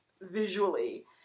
visually